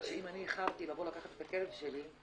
שאם אני איחרתי לבוא לקחת את הכלב שלי,